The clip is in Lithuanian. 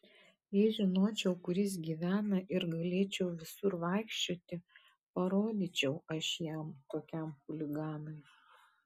jei žinočiau kur jis gyvena ir galėčiau visur vaikščioti parodyčiau aš jam tokiam chuliganui